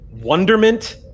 wonderment